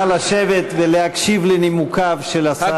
נא לשבת ולהקשיב לנימוקיו של השר.